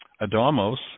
Adamos